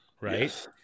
right